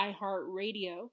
iHeartRadio